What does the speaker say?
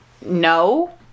No